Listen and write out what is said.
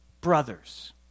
brothers